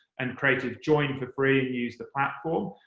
and creatives join for free and use the platform,